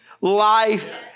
life